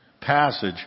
passage